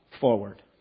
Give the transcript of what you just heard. forward